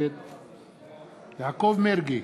נגד יעקב מרגי,